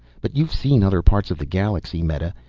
but you've seen other parts of the galaxy, meta,